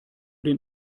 den